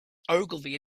ogilvy